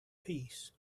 peace